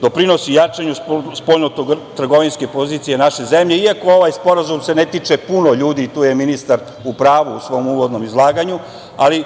doprinosi jačanju spoljno-trgovinske pozicije naše zemlje, iako se ovaj sporazum ne tiče puno ljudi. Tu je ministar u pravu u svom uvodnom izlaganju. Ali,